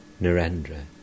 Narendra